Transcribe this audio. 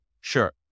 sure